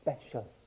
special